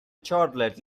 charlotte